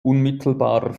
unmittelbarer